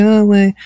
away